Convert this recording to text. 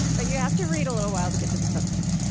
but you have to read a little while to get to the cookbook.